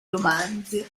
romanzi